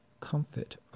comfort